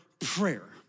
prayer